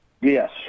Yes